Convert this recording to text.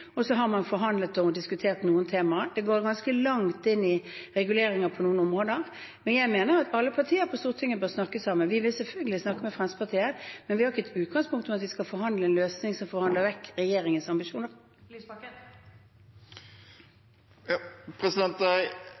og så har man forhandlet om og diskutert noen temaer. De går ganske langt inn i reguleringer på noen områder. Jeg mener at alle partier på Stortinget bør snakke sammen. Vi vil selvfølgelig snakke med Fremskrittspartiet, men vi har ikke som utgangspunkt at vi skal forhandle om en løsning som forhandler vekk regjeringens ambisjoner. Audun Lysbakken